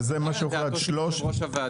כ-300.